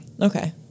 Okay